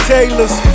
Taylors